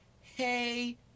hey